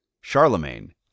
Charlemagne